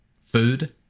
food